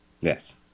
Yes